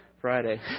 Friday